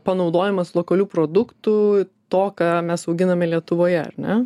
panaudojimas lokalių produktų to ką mes auginame lietuvoje ar ne